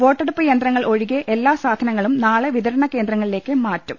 വോട്ടെടുപ്പ് യന്ത്രങ്ങൾ ഒഴികെ എല്ലാ സാധനങ്ങളും നാളെ വിതരണ കേന്ദ്രങ്ങളിലേക്ക് മാറ്റും